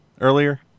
earlier